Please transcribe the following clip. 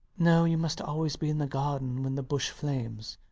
no you must always be in the garden when the bush flames.